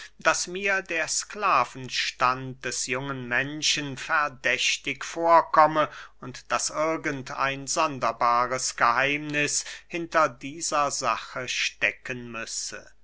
daß mir der sklavenstand des jungen menschen verdächtig vorkomme und daß irgend ein sonderbares geheimniß hinter dieser sache stecken müsse